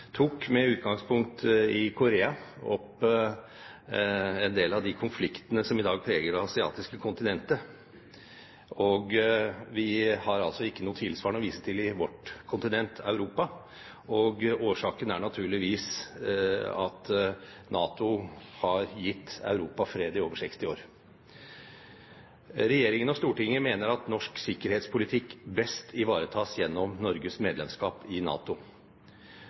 tok, med utgangspunkt i Korea, opp en del av de konfliktene som i dag preger det asiatiske kontinentet, og vi har altså ikke noe tilsvarende å vise til på vårt kontinent, Europa. Årsaken er naturligvis at NATO har gitt Europa fred i over 60 år. Regjeringen og Stortinget mener at norsk sikkerhetspolitikk best ivaretas gjennom Norges medlemskap i NATO.